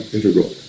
Integral